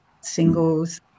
singles